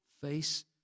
face